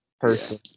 person